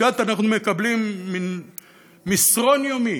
את יודעת, אנחנו מקבלים מין מסרון יומי.